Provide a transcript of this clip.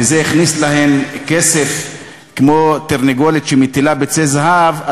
וזה הכניס להן כסף כמו תרנגולת שמטילה ביצי זהב.